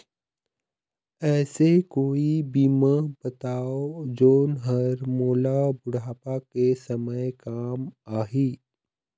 ऐसे कोई बीमा बताव जोन हर मोला बुढ़ापा के समय काम आही?